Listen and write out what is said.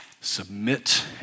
submit